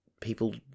People